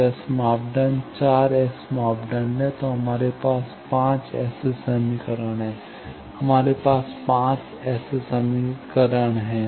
तो एस मापदंड 4 एस मापदंड हैं और हमारे पास 5 ऐसे समीकरण हैं हमारे पास 5 ऐसे समीकरण हैं